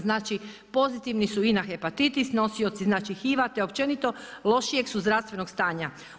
Znači pozitivni su i na hepatitis, nosioci znači HIV-a, te općenito lošijeg su zdravstvenog stanja.